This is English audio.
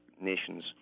Nations